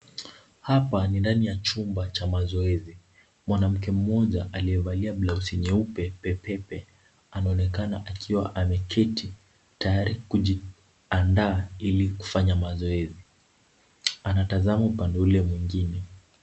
Hapa ni ndani ya chumba cha mazoezi. Mwanamke mmoja aliyevalia blausi nyeupe pepepe, anaonekana akiwa ameketi tayari kujiandaa ili kufanya mazoezi. Anatazama upande ule mwingine.